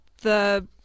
the-